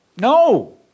No